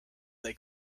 they